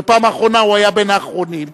שבפעם האחרונה הוא היה בין האחרונים.